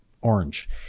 orange